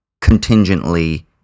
contingently